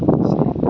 ସେ